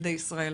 ילדי ישראל